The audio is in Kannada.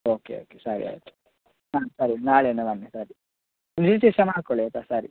ಓಕೆ ಓಕೆ ಸರಿ ಆಯಿತು ಹಾಂ ಸರಿ ನಾಳೆಯಿಂದ ಬನ್ನಿ ಸರಿ ರಿಜಿಸ್ಟ್ರೇಷನ್ ಮಾಡ್ಕೊಳ್ಳಿ ಅಯಿತಾ ಸರಿ